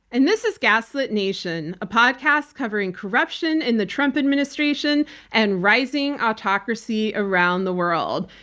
and this is gaslit nation, a podcast covering corruption in the trump administration and rising autocracy around the world.